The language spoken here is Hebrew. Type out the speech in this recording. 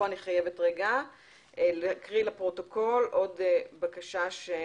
פה אני חייבת להקריא לפרוטוקול עוד בקשה של